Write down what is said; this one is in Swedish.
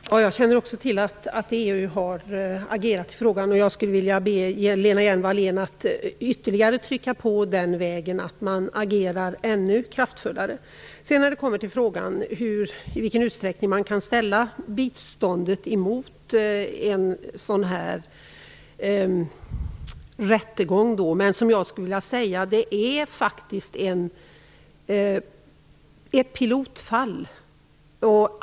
Fru talman! Jag känner också till att EU har agerat i frågan, men jag skulle vilja be Lena Hjelm-Wallén att ytterligare trycka på, så att man den vägen agerar ännu kraftfullare. När det sedan kommer till frågan i vilken utsträckning bistånd kan ställas mot en sådan här rättegång, skulle jag vilja säga att detta är faktiskt ett pilotfall.